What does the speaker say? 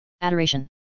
adoration